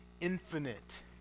infinite